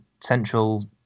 central